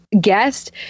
guest